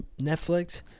Netflix